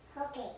okay